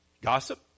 gossip